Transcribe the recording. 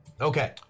Okay